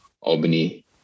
Albany